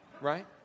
right